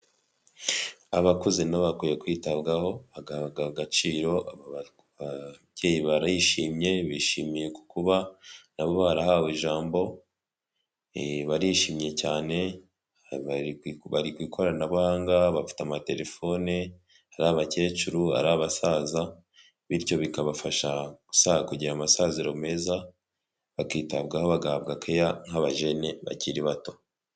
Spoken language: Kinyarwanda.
Abakuze nabo bakwiye kwitabwaho bagabwa agaciro, abyeyi barishimye bishimiye kuba nabo barahawe ijambo, barishimye cyane bari ku ikoranabuhanga, bafite amatelefone ari abakecuru ari abasaza bityo bikabafasha gusa kugira amasaziro meza bakitabwaho bagahabwa keya nk'abajene bakiri bato.